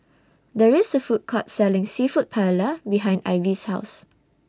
There IS A Food Court Selling Seafood Paella behind Ivy's House